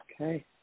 Okay